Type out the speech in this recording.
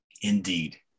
Indeed